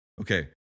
okay